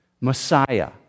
Messiah